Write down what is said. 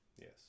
Yes